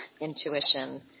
intuition